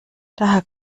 daher